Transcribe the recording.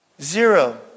Zero